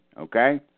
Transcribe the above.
okay